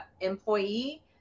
employee